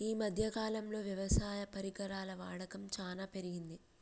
ఈ మధ్య కాలం లో వ్యవసాయ పరికరాల వాడకం చానా పెరిగింది